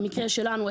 במקרה שלנו,